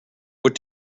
what